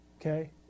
Okay